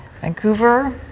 Vancouver